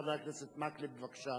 חבר הכנסת מקלב, בבקשה.